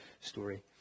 story